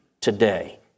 today